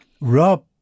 Rob